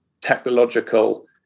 technological